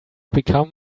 become